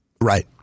Right